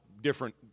different